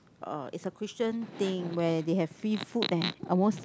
uh it's a Christian thing where they have free food and almost